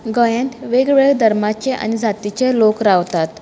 गोंयांत वेगवेगळ्या धर्माचे आनी जातीचे लोक रावतात